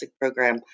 program